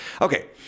Okay